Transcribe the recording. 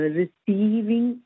receiving